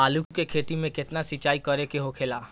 आलू के खेती में केतना सिंचाई करे के होखेला?